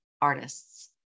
artists